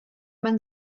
man